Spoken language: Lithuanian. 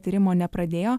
tyrimo nepradėjo